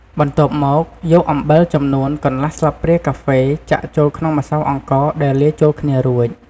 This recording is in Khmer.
បន្ទាប់មក យកអំបិលចំនួន កន្លះស្លាបព្រាកាហ្វេចាក់ចូលក្នុងម្សៅអង្ករដែលលាយចូលគ្នារួច។